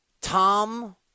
Tom